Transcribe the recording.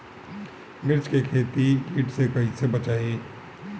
मिर्च के खेती कीट से कइसे बचाई?